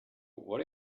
what